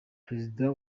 perezida